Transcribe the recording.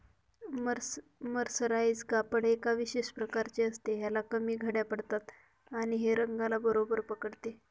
mercerise कापड एका विशेष प्रकारचे असते, ह्याला कमी घड्या पडतात आणि हे रंगाला बरोबर पकडते